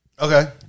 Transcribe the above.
Okay